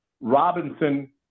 Robinson